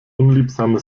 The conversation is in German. unliebsame